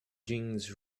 jeans